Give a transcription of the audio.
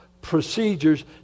procedures